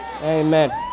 amen